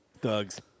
thugs